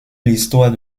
l’histoire